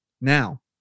Now